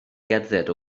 gerdded